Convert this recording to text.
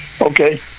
Okay